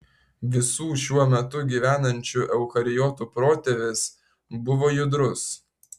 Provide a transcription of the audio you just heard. visų šiuo metu gyvenančių eukariotų protėvis buvo judrus